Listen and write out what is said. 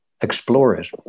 explorers